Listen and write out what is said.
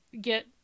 get